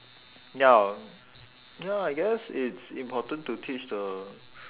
ya ya I guess it's important to teach the